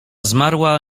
zmarła